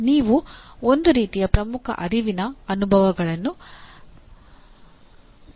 ಇವು ಒಂದು ರೀತಿಯ ಪ್ರಮುಖ ಅರಿವಿನ ಅನುಭವಗಳನ್ನು ಪ್ರತಿನಿಧಿಸುತ್ತವೆ